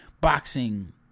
boxing